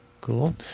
Cool